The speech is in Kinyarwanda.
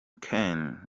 kane